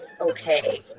okay